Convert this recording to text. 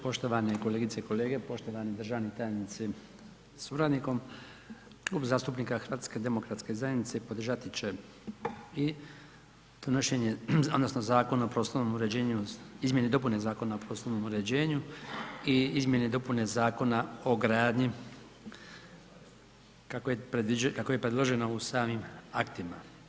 Poštovane kolegice i kolege, poštovani državni tajnici sa suradnikom, Klub HDZ-a podržati će i donošenje odnosno Zakona o prostornom uređenju, izmjene i dopune Zakona o prostornom uređenju i izmjene i dopune Zakona o gradnji, kako je predloženo u samim aktima.